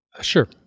sure